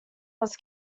was